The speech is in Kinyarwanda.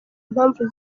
mpamvu